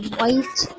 white